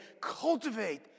cultivate